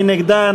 מי נגדה?